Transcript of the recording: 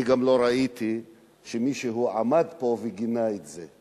אני לא ראיתי שמישהו עמד פה וגינה את זה,